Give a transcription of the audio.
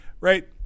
right